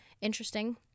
Interesting